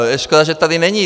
Je škoda, že tady není.